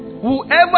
Whoever